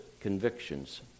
convictions